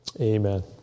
Amen